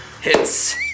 Hits